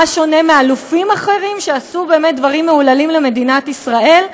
מה הוא שונה מאלופים אחרים שעשו באמת דברים מהוללים למדינת ישראל?